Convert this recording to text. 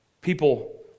People